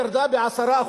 הם ירדו ב-10%,